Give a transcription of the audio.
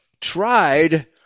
tried